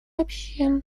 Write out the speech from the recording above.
общин